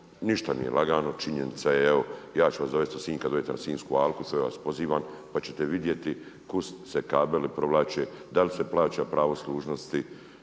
Ništa nije lagano. Činjenica je evo, ja ću vas dovesti u Sinj kad dođete na Sinjsku alku, sve vas pozivam, pa ćete vidjeti kud se kabeli provlače, da li se plaća pravo služnosti,